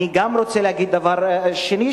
אני גם רוצה להגיד דבר שני,